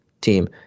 team